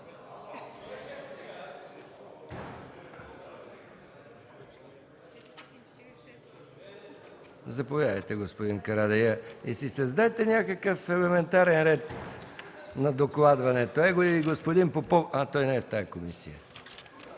Заповядайте, господин Карадайъ. И си създайте някакъв елементарен ред на докладване. Тук е и господин Попов, той също е в тази комисия,